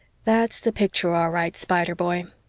that's the picture, all right, spider boy.